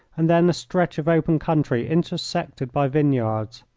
and then a stretch of open country, intersected by vineyards.